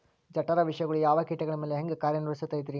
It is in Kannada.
ಜಠರ ವಿಷಗಳು ಯಾವ ಕೇಟಗಳ ಮ್ಯಾಲೆ ಹ್ಯಾಂಗ ಕಾರ್ಯ ನಿರ್ವಹಿಸತೈತ್ರಿ?